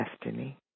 destiny